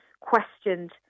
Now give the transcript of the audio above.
questioned